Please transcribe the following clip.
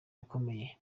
akomeye